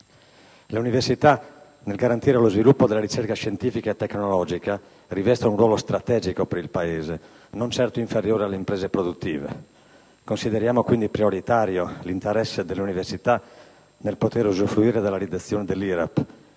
Le università, nel garantire lo sviluppo della ricerca scientifica e tecnologica, rivestono un ruolo strategico per il Paese, non certo inferiore alle imprese produttive. Consideriamo quindi prioritario l'interesse delle università nel poter usufruire della riduzione dell'IRAP,